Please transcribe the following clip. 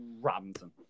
Robinson